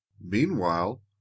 Meanwhile